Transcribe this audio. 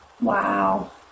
Wow